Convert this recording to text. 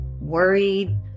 worried